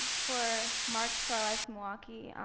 for march for our lives milwaukee,